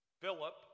Philip